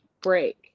break